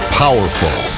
powerful